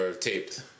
taped